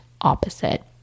opposite